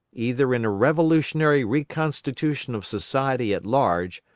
either in a revolutionary re-constitution of society at large,